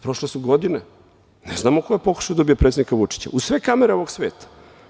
Prošle su godine, ne znamo ko je pokušao da ubije predsednika Vučića, uz sve kamere ovog sveta.